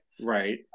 Right